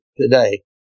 today